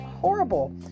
horrible